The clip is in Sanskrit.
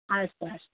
अस्तु अस्तु